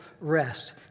rest